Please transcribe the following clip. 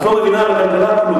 את לא מבינה בכלכלה כלום,